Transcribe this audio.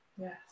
Yes